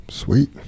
Sweet